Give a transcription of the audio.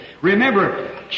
Remember